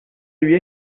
lui